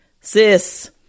Sis